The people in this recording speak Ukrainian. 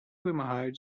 вимагають